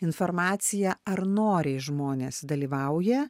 informaciją ar noriai žmonės dalyvauja